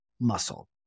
muscle